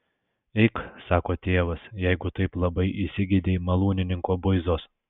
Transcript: eik sako tėvas jeigu taip labai įsigeidei malūnininko buizos